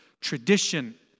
tradition